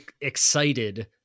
excited